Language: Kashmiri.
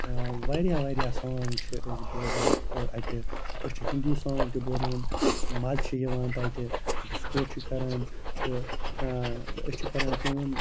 واریاہ واریاہ سونٛگ چھِ أسۍ بوزان اَتہِ أسۍ چھِ ہِندی سونٛگ تہِ بوزان مَزٕ چھِ یِوان تَتہِ ڈِسکو چھِ کَران تہٕ أسۍ چھِ کَران کٲم